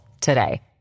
today